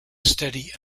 steady